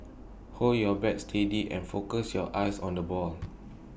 hold your bat steady and focus your eyes on the ball